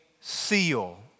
seal